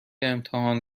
امتحان